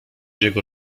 jego